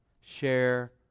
Share